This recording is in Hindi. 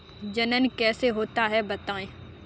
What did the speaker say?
जनन कैसे होता है बताएँ?